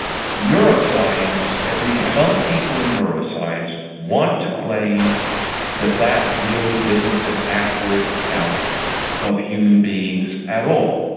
neuroscience, at least some people in neuroscience, want to claim that that really isn't an accurate account of human beings at all.